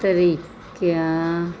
ਤਰੀਕਿਆਂ